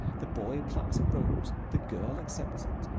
the boy plucks a rose the girl accepts it.